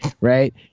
right